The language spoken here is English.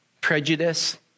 prejudice